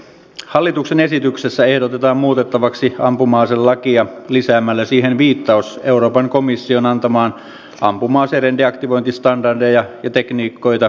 hallituksen esityksessä ehdotetaan muutettavaksi ampuma aselakia lisäämällä siihen viittaus euroopan komission antamaan ampuma aseiden deaktivointistandardeja ja tekniikoita koskevaan asetukseen